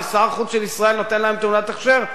שר החוץ של ישראל נותן להם תעודת הכשר,